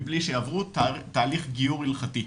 מבלי שעברו תהליך גיור הלכתי.